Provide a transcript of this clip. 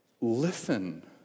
listen